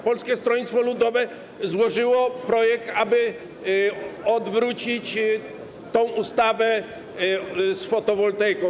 Polskie Stronnictwo Ludowe złożyło projekt, aby odwrócić tę ustawę związaną z fotowoltaiką.